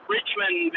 Richmond